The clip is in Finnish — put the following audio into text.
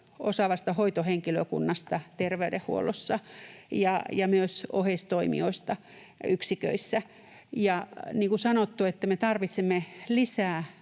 osaavasta hoitohenkilökunnasta terveydenhuollossa ja myös oheistoimijoista yksiköissä. Niin kuin sanottu, me tarvitsemme lisää